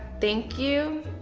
thank you?